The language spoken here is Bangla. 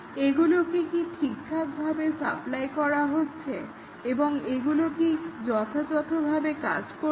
এগুলোকে কি ঠিকঠাকভাবে সাপ্লাই করা হচ্ছে এবং এগুলো কি যথাযথভাবে কাজ করছে